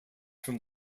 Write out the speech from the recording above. from